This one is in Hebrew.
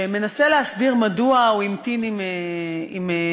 שמנסה להסביר מדוע הוא המתין עם חשיפת